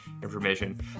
information